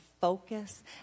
focus